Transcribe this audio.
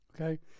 okay